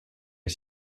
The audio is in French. est